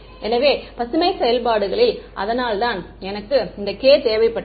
எனவே பசுமை செயல்பாடுகளில் Green's functions அதனால்தான் எனக்கு இந்த k தேவைப்பட்டது